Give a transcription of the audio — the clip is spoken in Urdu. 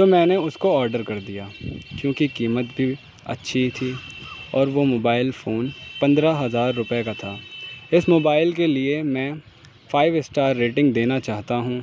تو میں نے اس کو آڈر کر دیا کیوں کہ قیمت بھی اچھی تھی اور وہ موبائل فون پندرہ ہزار روپے کا تھا اس موبائل کے لیے میں فائیو اسٹار ریٹنگ دینا چاہتا ہوں